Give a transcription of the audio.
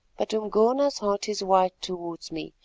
but umgona's heart is white towards me,